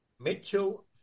Mitchell